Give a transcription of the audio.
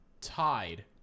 tied